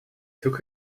took